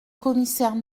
commissaire